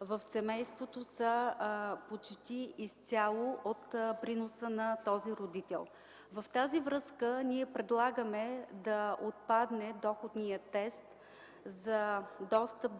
в семейството, са почти изцяло от приноса на този родител. В тази връзка ние предлагаме да отпадне доходният тест за достъп